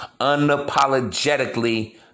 unapologetically